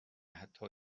حتی